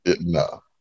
no